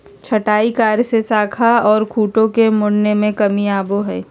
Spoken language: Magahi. छंटाई कार्य से शाखा ओर खूंटों के मुड़ने में कमी आवो हइ